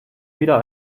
wieder